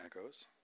Echoes